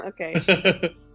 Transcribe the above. Okay